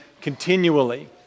continually